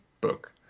book